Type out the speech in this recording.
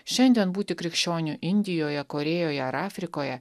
šiandien būti krikščioniu indijoje korėjoje ar afrikoje